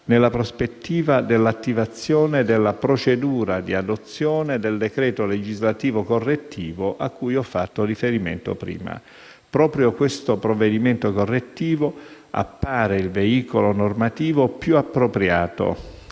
nella prospettiva dell'attivazione della procedura di adozione del decreto legislativo correttivo a cui ho fatto riferimento prima. Proprio questo provvedimento correttivo appare il veicolo normativo più appropriato